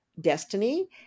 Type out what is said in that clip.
destiny